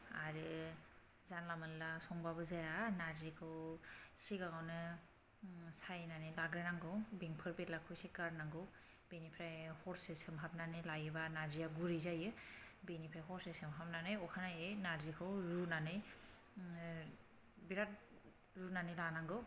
आरो जानला मानला संबाबो जाया नारजिखौ सिगाङावनो सायनानै लाग्रोनांगौ बेंफोर बेनलाखौ इसे गारनांगौ बेनिफ्राय हरसे सोमहाबनानै लायोबा नारजिया गुरै जायो बेनिफ्राय हरसे सोमहाबनानै अखानायै नारजिखौ रुनानै बिराद रुनानै लानांगौ